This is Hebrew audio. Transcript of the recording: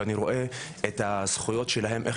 ואני רואה את הזכויות שלהם ואיך